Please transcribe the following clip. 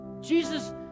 Jesus